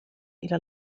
إلى